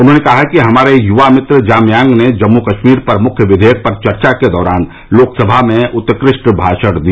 उन्होंने कहा कि हमारे युवा मित्र जामयांग ने जम्मू कश्मीर पर मुख्य विधेयक पर चर्चा के दौरान लोकसभा में उत्कृष्ट भाषण दिया